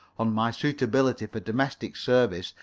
on my suitability for domestic service,